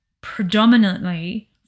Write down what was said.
predominantly